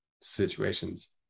situations